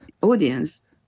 audience